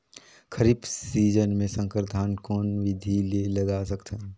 खरीफ season मे संकर धान कोन विधि ले लगा सकथन?